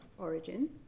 origin